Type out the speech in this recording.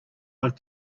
like